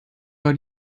war